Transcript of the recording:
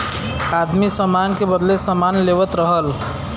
आदमी सामान के बदले सामान लेवत रहल